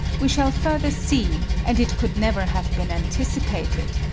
we shall further see, and it could never have been anticipated,